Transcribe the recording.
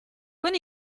con